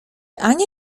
ania